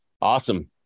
Awesome